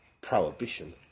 Prohibition